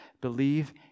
believe